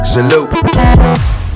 Salute